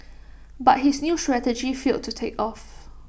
but his new strategy failed to take off